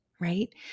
right